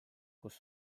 kus